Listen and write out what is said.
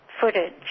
footage